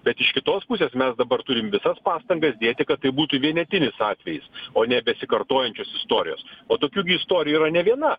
bet iš kitos pusės mes dabar turim visas pastangas dėti kad tai būtų vienetinis atvejis o ne besikartojančios istorijos o tokių gi istorijų yra ne viena